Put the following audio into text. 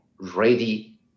ready